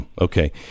okay